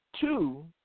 Two